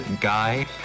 guy